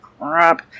crap